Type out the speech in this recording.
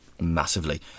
Massively